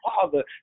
father